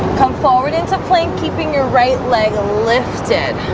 come forward into plank keeping your right leg lifted.